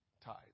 tide